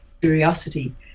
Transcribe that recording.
curiosity